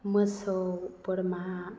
मोसौ बोरमा